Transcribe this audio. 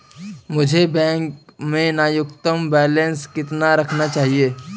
मुझे बैंक में न्यूनतम बैलेंस कितना रखना चाहिए?